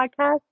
podcast